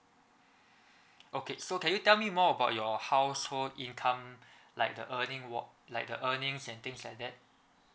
okay so can you tell me more about your household income like the earning walk like the earning and things like that